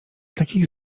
takich